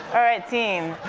alright team!